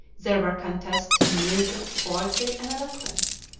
there were contests in music, poetry, and eloquence.